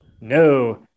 No